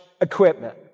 equipment